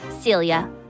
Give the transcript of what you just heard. Celia